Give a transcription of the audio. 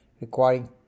requiring